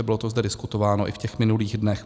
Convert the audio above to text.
Bylo to zde diskutováno i v těch minulých dnech.